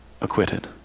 acquitted